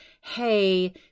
hey